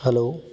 hello